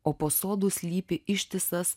o po sodų slypi ištisas